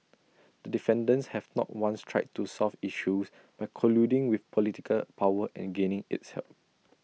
the defendants have not once tried to solve issues by colluding with political power and gaining its help